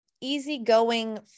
easygoing